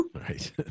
Right